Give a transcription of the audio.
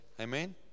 amen